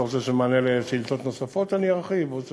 אתה חושב שבמענה על שאלות נוספות אני ארחיב או,